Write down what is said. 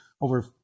over